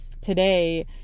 today